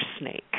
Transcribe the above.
snake